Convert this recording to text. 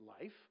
life